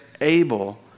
able